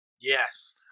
Yes